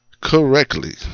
correctly